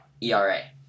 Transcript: ERA